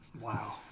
Wow